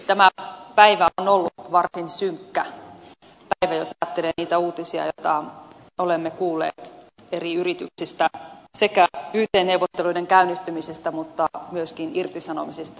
tämä päivä on ollut varsin synkkä päivä jos ajattelee niitä uutisia joita olemme kuulleet eri yrityksistä sekä yt neuvotteluiden käynnistymisistä mutta myöskin irtisanomisista